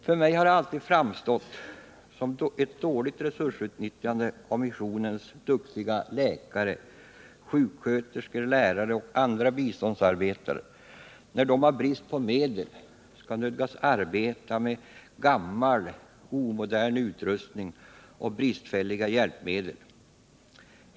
För mig har det alltid framstått som ett dåligt resursutnyttjande av missionens duktiga läkare, sjuksköterskor, lärare och andra biståndsarbetare, när de av brist på medel nödgas arbeta med gammal omodern utrustning och bristfälliga hjälpmedel.